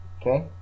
okay